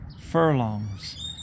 furlongs